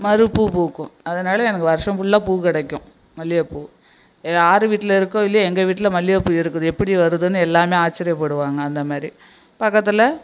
மறுப்பூ பூக்கும் அதனால் எனக்கு வருஷம் ஃபுல்லாக பூ கிடைக்கும் மல்லியப்பூ யார் வீட்டில் இருக்கோ இல்லையோ எங்கள் வீட்டில் மல்லியப்பூ இருக்குது எப்படி வருதுன்னு எல்லாருமே ஆச்சரியப்படுவாங்க அந்தமாரி பக்கத்தில்